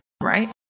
right